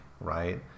right